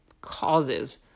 causes